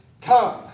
come